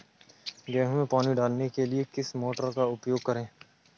गेहूँ में पानी डालने के लिए किस मोटर का उपयोग करें?